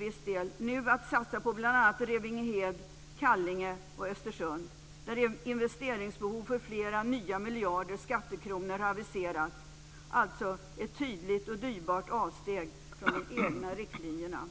viss del Vänsterpartiet nu att satsa på bl.a. Revingehed, Kallinge och Östersund där investeringsbehov för flera nya miljarder skattekronor har aviserats, alltså ett tydligt och dyrbart avsteg från de egna riktlinjerna.